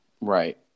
Right